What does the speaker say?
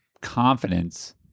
confidence